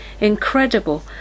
incredible